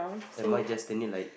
am I just standing like